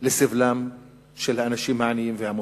לסבלם של האנשים העניים והמובטלים,